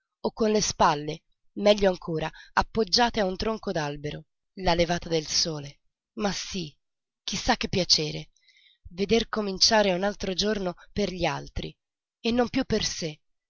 o con le spalle meglio ancora appoggiate a un tronco d'albero la levata del sole ma sí chi sa che piacere veder cominciare un altro giorno per gli altri e non piú per sé